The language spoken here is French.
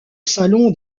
salon